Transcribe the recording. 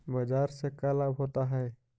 बाजार से का लाभ होता है?